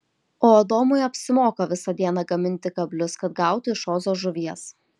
o adomui apsimoka visą dieną gaminti kablius kad gautų iš ozo žuvies